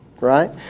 right